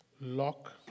lock